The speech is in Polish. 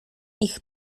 ich